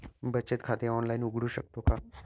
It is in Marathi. बचत खाते ऑनलाइन उघडू शकतो का?